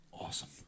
Awesome